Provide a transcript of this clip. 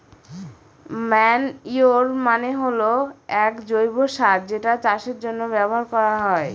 manure মানে হল এক জৈব সার যেটা চাষের জন্য ব্যবহার করা হয়